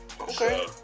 okay